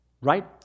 Right